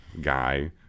guy